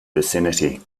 vicinity